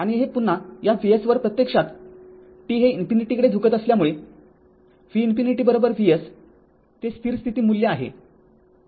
आणि हे पुन्हा या Vs वर प्रत्यक्षात t हे ∞ कडे झुकत असल्यामुळे V ∞Vs ते स्थिर स्थिती मूल्य आहे